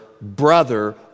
brother